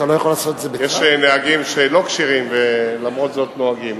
יש נהגים שאינם כשירים ולמרות זאת נוהגים.